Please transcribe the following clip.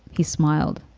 he smiled.